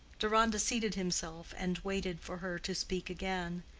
deronda seated himself and waited for her to speak again.